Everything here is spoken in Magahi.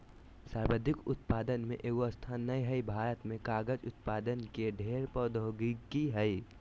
सर्वाधिक उत्पादक में एगो स्थान नय हइ, भारत में कागज उत्पादन के ढेर प्रौद्योगिकी हइ